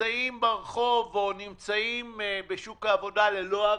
שנמצאים ברחוב או בשוק העבודה ללא עבודה.